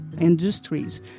industries